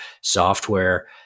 software